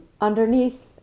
underneath